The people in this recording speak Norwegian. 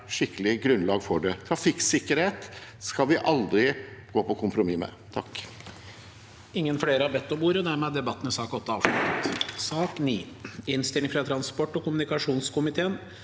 skikkelig grunnlag for det. Trafikksikkerhet skal vi aldri gå på kompromiss med.